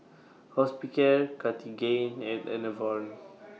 Hospicare Cartigain and Enervon